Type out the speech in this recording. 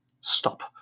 stop